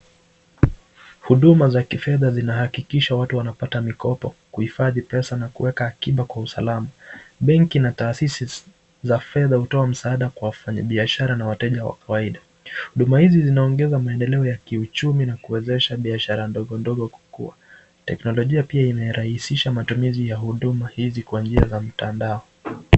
Huduma za kifedha zinahakikisha watu wamepata mkopo kuifadhi pesa na kuweka akipa kwa usalama, benki la tahasisi za fedha hutoa msaada kwa wafanyi biashara na wateja wa kawaida, huduma hizi zinaongesa ya kiujumi na kuwezasha biashara ndogondogo kukua, teknologia pia imerahihisha matumizi huduma hizi kwa njia za mtandao.